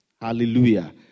Hallelujah